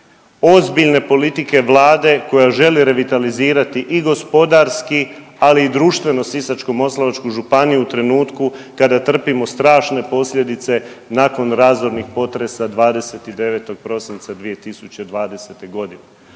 ozbiljne politike Vlade koja želi revitalizirati i gospodarski ali i društveno Sisačko-moslavačku županiju u trenutku kada trpimo strašne posljedice nakon razornog potresa 29. prosinca 2020. godine.